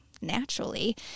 naturally